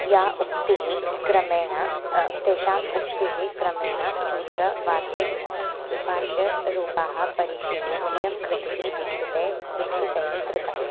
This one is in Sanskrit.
या उक्तिः क्रमेण तेषाम् उक्तिः क्रमेण सूत्रं वार्तिकं भाष्यरूपाणि परिशिल्य इयं कृते दीक्षितेन दीक्षितैः कृतं